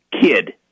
kid